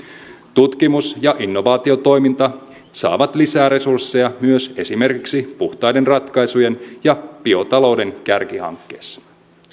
tutkimus ja innovaatiotoiminta saavat lisää resursseja myös esimerkiksi puhtaiden ratkaisujen ja biotalouden kärkihankkeessa